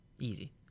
Easy